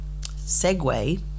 segue